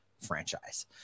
franchise